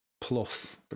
plus